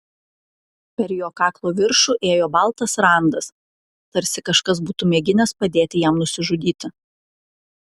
per jo kaklo viršų ėjo baltas randas tarsi kažkas būtų mėginęs padėti jam nusižudyti